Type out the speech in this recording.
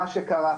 מה שקרה,